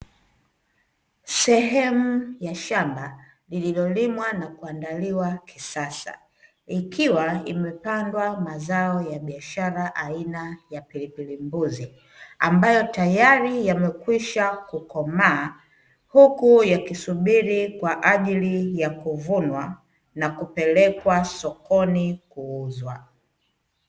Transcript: Sehemu ya shamba lililolimwa na kuandaliwa kisasa, likiwa imepandwa mazao ya biashara aina ya pilipili mbuzi, ambayo tayari yamekwisha kukomaa, huku yakisubiri kwa ajili ya kuvunwa na kupelekwa sokoni kuuzwa.